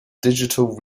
digital